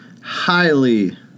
highly